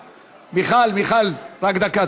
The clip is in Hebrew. מיכל, מיכל, רק דקה.